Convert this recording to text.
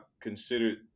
considered